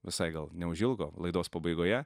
visai gal neužilgo laidos pabaigoje